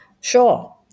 Sure